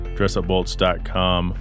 dressupbolts.com